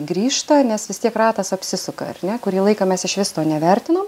grįžta nes vis tiek ratas apsisuka ar ne kurį laiką mes išvis to nevertinom